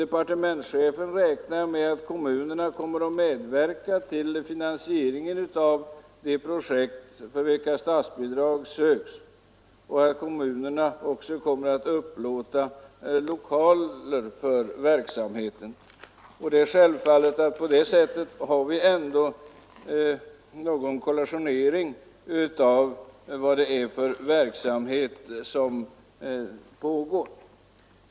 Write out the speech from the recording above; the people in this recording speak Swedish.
Departementschefen räknar med att kommunerna kommer att medverka till finansieringen av de projekt för vilka statsbidrag söks och att kommunerna också kommer att upplåta lokaler för verksamheten. Självfallet får vi på det sättet en kollationering av vilken verksamhet som pågår.